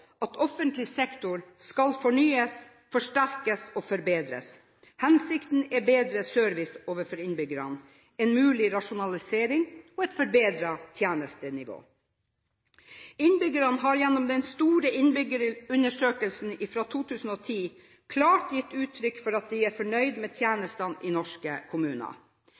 at offentlig sektor skal fornyes, forsterkes og forbedres. Hensikten er bedre service overfor innbyggerne, en mulig rasjonalisering og et forbedret tjenestenivå. Innbyggerne har, gjennom den store innbyggerundersøkelsen fra 2010, klart gitt uttrykk for at de er fornøyde med tjenestene i norske kommuner.